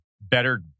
better